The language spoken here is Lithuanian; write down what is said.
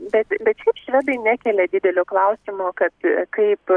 bet bet šiaip švedai nekelia didelio klausimo kad kaip